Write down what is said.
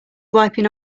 wiping